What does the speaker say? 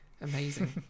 amazing